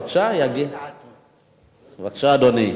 בבקשה, אדוני.